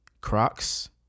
Crocs